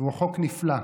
והוא חוק נפלא.